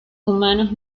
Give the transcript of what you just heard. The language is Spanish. humanos